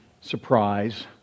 surprise